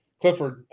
clifford